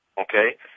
Okay